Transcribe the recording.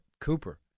Cooper